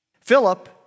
Philip